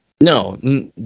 No